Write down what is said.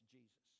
Jesus